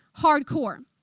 hardcore